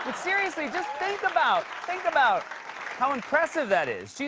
and seriously, just think about think about how impressive that is.